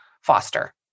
foster